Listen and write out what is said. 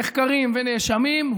נחקרים ונאשמים,